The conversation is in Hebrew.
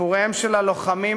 סיפוריהם של הלוחמים,